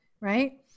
Right